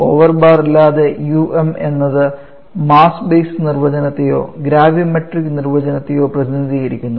over bar ഇല്ലാത്ത um എന്നത് mass base നിർവചനത്തെയോ ഗ്രാവിമെട്രിക് നിർവചനത്തെയോ പ്രതിനിധീകരിക്കുന്നു